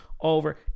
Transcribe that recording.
over